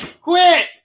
Quit